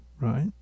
right